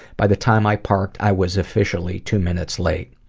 by the time i parked, i was officially two minutes late.